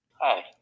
Hi